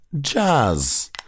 Jazz